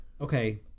okay